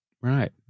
Right